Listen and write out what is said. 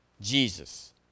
Jesus